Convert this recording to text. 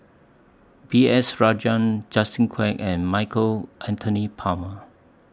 B S Rajhans Justin Quek and Michael Anthony Palmer